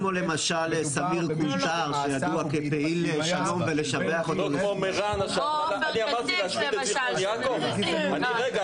כמו למשל סמיר קונטאר שידוע כפעיל -- או עופר כסיף למשל -- רגע,